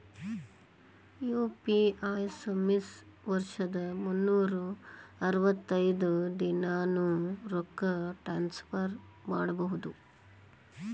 UPI service ವರ್ಷದ್ ಮುನ್ನೂರ್ ಅರವತ್ತೈದ ದಿನಾನೂ ರೊಕ್ಕ ಟ್ರಾನ್ಸ್ಫರ್ ಮಾಡ್ಬಹುದು